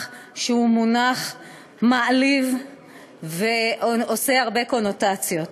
שהוא מונח מעליב ועושה הרבה קונוטציות.